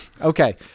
Okay